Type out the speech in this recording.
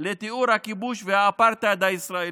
לתיאור הכיבוש והאפרטהייד הישראלי.